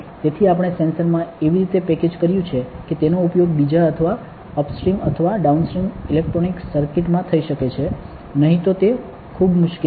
તેથી આપણે સેન્સરમાં એવી રીતે પેકેજ કર્યું છે કે તેનો ઉપયોગ બીજા અથવા અપસ્ટ્રીમ અથવા ડાઉનસ્ટ્રીમ ઇલેક્ટ્રોનિક સર્કિટ માં થઈ શકે છે નહીં તો તે ખૂબ મુશ્કેલ છે